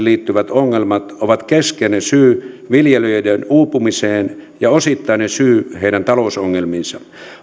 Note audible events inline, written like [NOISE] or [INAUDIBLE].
[UNINTELLIGIBLE] liittyvät ongelmat ovat keskeinen syy viljelijöiden uupumiseen ja osittainen syy heidän talousongelmiinsa